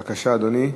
בבקשה, אדוני.